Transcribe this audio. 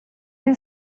این